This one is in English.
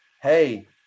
hey